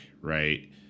right